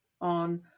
on